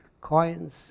coins